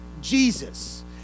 Jesus